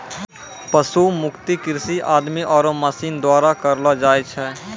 पशु मुक्त कृषि आदमी आरो मशीन द्वारा करलो जाय छै